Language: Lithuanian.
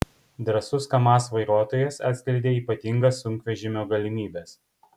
drąsus kamaz vairuotojas atskleidė ypatingas sunkvežimio galimybes